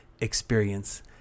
experience